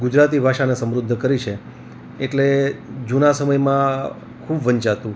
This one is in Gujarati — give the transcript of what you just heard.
ગુજરાતી ભાષાને સમૃદ્ધ કરી છે એટલે જૂના સમયમાં ખૂબ વંચાતું